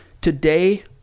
today